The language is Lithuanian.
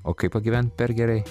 o kaip pagyvent per gerai